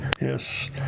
yes